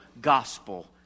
gospel